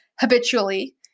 habitually